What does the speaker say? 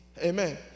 Amen